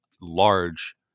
large